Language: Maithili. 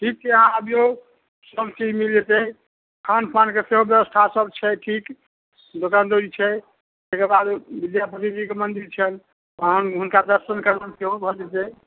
ठीक छै अहाँ आबियौ सब चीज मिल जेतै खान पानके सेहो व्यवस्था सब छै ठीक दोकान दौड़ी छै ताहिके बाद विद्यापति जीके मन्दिर छनि अहाँ हुनका दर्शन करबनि सेहो भऽ जेतै